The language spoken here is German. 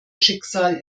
schicksal